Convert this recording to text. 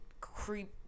creep